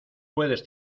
puedes